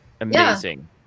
amazing